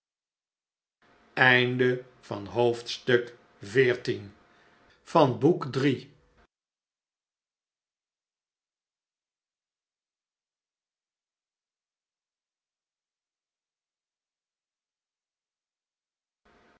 gezichten van het